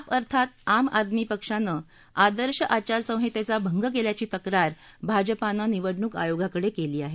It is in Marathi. आप अर्थात आम आदमी पक्षानं आदर्श आचारसंहितेचा भंग केल्याची तक्रार भाजपानं निवडणूक आयोगाकडे केली आहे